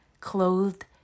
clothed